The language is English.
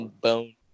bone